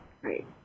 Great